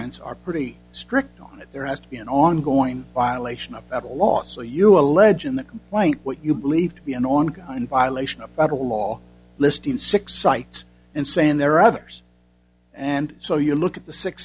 ment's are pretty strict on there has to be an ongoing violation of federal law so you allege in the complaint what you believe to be an ongoing violation of federal law listing six sites and saying there are others and so you look at the six